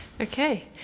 Okay